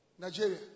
Nigeria